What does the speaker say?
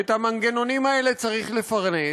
ואת המנגנונים האלה צריך לפרנס,